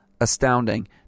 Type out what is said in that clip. astounding